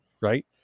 Right